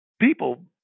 People